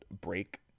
break